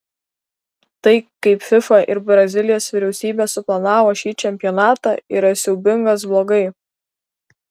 tai kaip fifa ir brazilijos vyriausybė suplanavo šį čempionatą yra siaubingas blogai